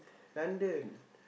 London